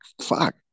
fuck